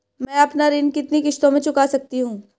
मैं अपना ऋण कितनी किश्तों में चुका सकती हूँ?